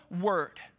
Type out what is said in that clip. word